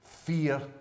Fear